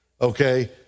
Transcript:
Okay